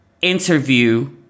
interview